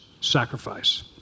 sacrifice